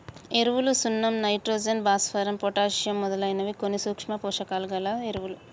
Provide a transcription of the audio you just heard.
ఎరువులు సున్నం నైట్రోజన్, భాస్వరం, పొటాషియమ్ మొదలైనవి కొన్ని సూక్ష్మ పోషకాలు గల ఎరువులు